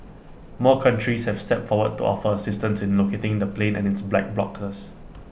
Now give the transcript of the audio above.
more countries have stepped forward to offer assistance in locating the plane and its black blocks